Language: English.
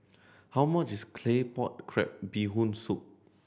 how much is Claypot Crab Bee Hoon Soup